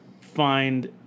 Find